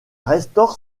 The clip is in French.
restaure